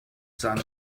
caan